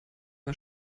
war